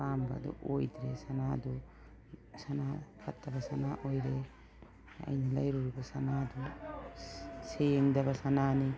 ꯑꯄꯥꯝꯕꯗꯨ ꯑꯣꯏꯗ꯭ꯔꯦ ꯁꯥꯅꯥꯗꯨ ꯁꯥꯅꯥ ꯐꯠꯇꯕ ꯁꯅꯥ ꯑꯣꯏꯔꯦ ꯑꯩꯅ ꯂꯩꯔꯨꯔꯤꯕ ꯁꯅꯥꯗꯨ ꯁꯦꯡꯗꯕ ꯁꯅꯥꯅꯤ